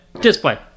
display